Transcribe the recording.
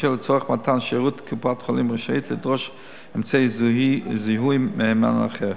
כאשר לצורך מתן השירות קופת-החולים רשאית לדרוש אמצעי זיהוי מהימן אחר.